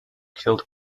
killed